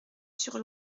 sur